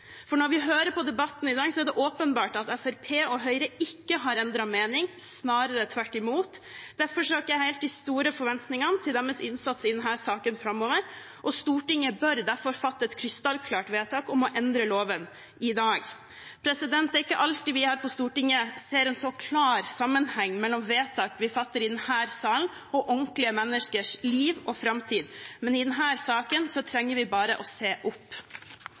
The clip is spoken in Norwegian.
for. Når vi hører på debatten i dag, er det åpenbart at Fremskrittspartiet og Høyre ikke har endret mening, snarere tvert imot. Derfor har jeg ikke de helt store forventningene til deres innsats i denne saken framover, og Stortinget bør derfor fatte et krystallklart vedtak om å endre loven i dag. Det er ikke alltid vi her på Stortinget ser en så klar sammenheng mellom vedtak vi fatter i denne salen, og virkelige menneskers liv og framtid, men i denne saken trenger vi bare å se opp.